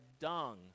dung